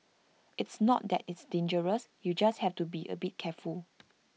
it's not that it's dangerous you just have to be A bit careful